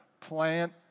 plant